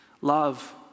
Love